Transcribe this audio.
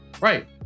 Right